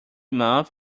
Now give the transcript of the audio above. month